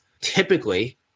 Typically